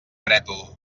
brètol